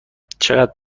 چقدر